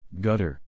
Gutter